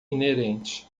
inerente